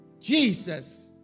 Jesus